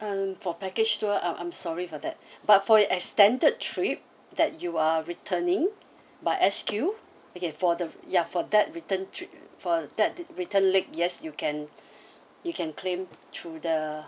um for package tour I'm I'm sorry for that but for your extended trip that you are returning by S_Q okay for the ya for that return trip for that the return leg yes you can claim you can claim through the